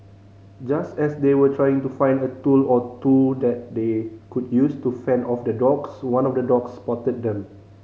just as they were trying to find a tool or two that they could use to fend off the dogs one of the dogs spotted them